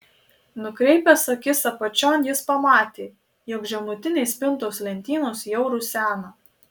nukreipęs akis apačion jis pamatė jog žemutinės spintos lentynos jau rusena